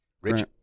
Rich